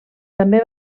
també